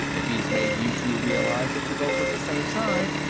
if he's made you two realize that you're both on the same side,